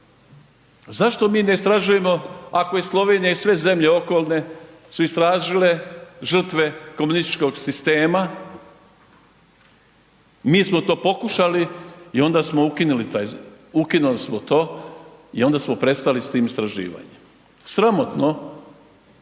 Zašto mi ne istražujemo ako je Slovenija i sve zemlje okolne su istražile žrtve komunističkog sistema, mi smo to pokušali i onda smo ukinuli smo to i onda smo prestali s tim istraživanjem. Sramotno